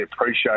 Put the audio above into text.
appreciate